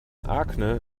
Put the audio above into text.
akne